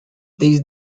these